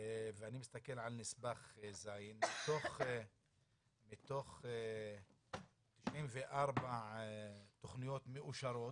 ואני מסתכל על נספח ז' מתוך 94 תכניות מאושרות,